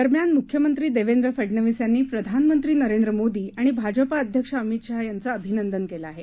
दरम्यान मुख्यमंत्री देवेंद्र फडनवीस यांनी प्रधानमंत्री नरेंद्र मोदी आणि भाजपाअध्यक्ष अमित शहा यांचं अभिनंदन केलं आहे